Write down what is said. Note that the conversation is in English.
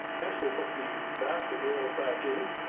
next, we'll put the basket rails back in.